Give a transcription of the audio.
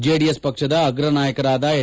JDS ಪಕ್ಷದ ಅಗ್ರ ನಾಯಕರಾದ ಎಚ್